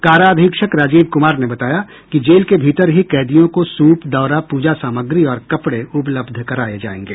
कारा अधीक्षक राजीव कुमार ने बताया कि जेल के भीतर ही कैदियों को सूप दौरा पूजा सामग्री और कपड़े उपलब्ध कराये जायेंगे